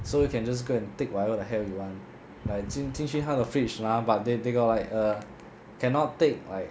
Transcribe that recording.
so you can just go and take whatever the hell you want like 进进去他的 fridge 拿 but they they got like err cannot take like